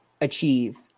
achieve